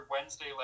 Wednesday